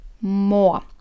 more